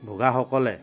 ভোগাসকলে